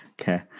Okay